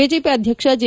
BJP ಅಧ್ಯಕ್ಷ J